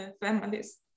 families